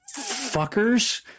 fuckers